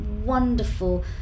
wonderful